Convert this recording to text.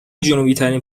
جنوبیترین